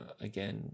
again